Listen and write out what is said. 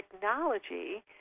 technology